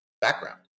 background